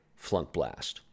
Flunkblast